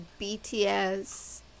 bts